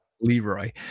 Leroy